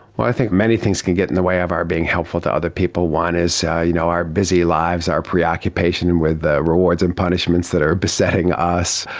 i think many things can get in the way of our being helpful to other people. one is so you know our busy lives, our preoccupation and with rewards and punishments that are besetting us.